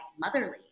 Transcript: motherly